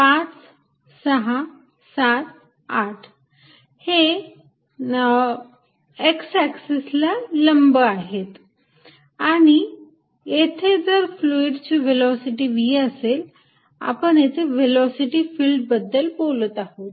5 6 7 8 हे x ऍक्सिसला लंब आहेत आणि येथे जर फ्लुईड ची व्हेलॉसिटी v असेल आपण येथे व्हेलॉसिटी फिल्ड बद्दल बोलत आहोत